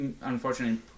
unfortunately